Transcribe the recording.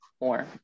more